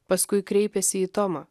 paskui kreipėsi į tomą